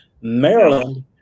maryland